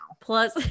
Plus